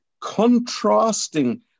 contrasting